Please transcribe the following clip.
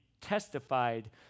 testified